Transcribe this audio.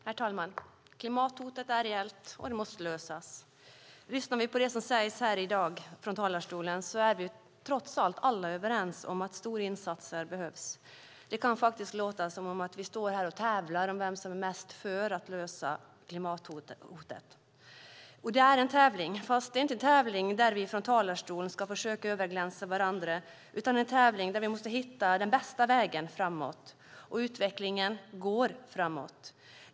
Herr talman! Klimathotet är reellt, och detta problem måste lösas. Lyssnar vi på det som sägs här i dag från talarstolen är vi alla trots allt överens om att stora insatser behövs. Det kan faktiskt låta som om vi står här och tävlar om vem som är mest för att lösa problemet med klimathotet. Det är en tävling, men det är inte en tävling där vi från talarstolen ska försöka överglänsa varandra utan en tävling där vi måste hitta den bästa vägen framåt. Och utvecklingen går framåt.